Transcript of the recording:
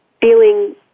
feeling